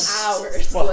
hours